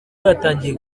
yatangiye